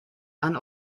han